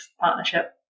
partnership